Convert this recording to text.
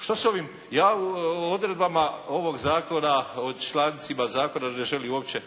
Što se ovim, ja u odredbama ovog Zakona o člancima Zakona ne želim uopće